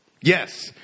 Yes